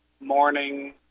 morning